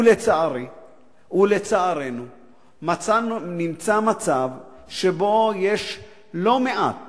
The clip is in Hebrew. ולצערי ולצערנו נמצא מצב שבו יש לא מעט